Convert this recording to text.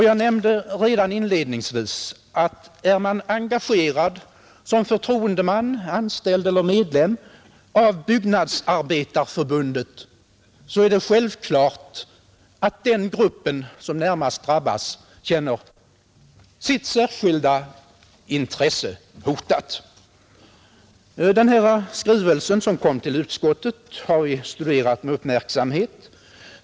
Jag nämnde redan inledningsvis att det för den som är engagerad såsom förtroendeman, anställd eller medlem av Byggnadsarbetareförbundet — den grupp som närmast drabbas — ligger särskilt nära att önska utbyggnad av Ritsem. Den skrivelse som kom till utskottet har vi studerat med uppmärksamhet.